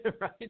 Right